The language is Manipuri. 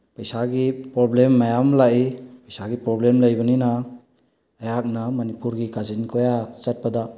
ꯄꯩꯁꯥꯒꯤ ꯄ꯭ꯔꯣꯕ꯭ꯂꯦꯝ ꯃꯌꯥꯝ ꯂꯥꯛꯏ ꯄꯩꯁꯥꯒꯤ ꯄ꯭ꯔꯣꯕ꯭ꯂꯦꯝ ꯂꯩꯕꯅꯤꯅ ꯑꯩꯍꯥꯛꯅ ꯃꯅꯤꯄꯨꯔꯒꯤ ꯀꯥꯆꯤꯟ ꯀꯣꯌꯥ ꯆꯠꯄꯗ